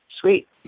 sweet